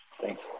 Thanks